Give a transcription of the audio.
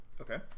Okay